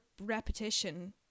repetition